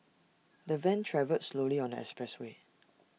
the van travelled slowly on the expressway